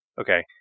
Okay